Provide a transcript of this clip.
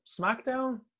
SmackDown